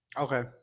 Okay